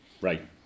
Right